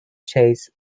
chase